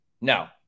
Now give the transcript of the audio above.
No